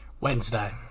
Wednesday